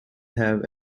have